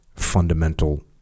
fundamental